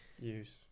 use